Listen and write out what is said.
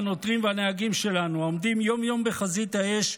הנוטרים והנהגים שלנו עומדים יום-יום בחזית האש,